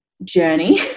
Journey